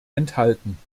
enthalten